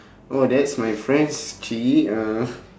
oh that's my friend's uh